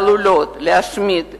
העלולות להשמיד ולהרוס,